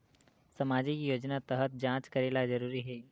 सामजिक योजना तहत जांच करेला जरूरी हे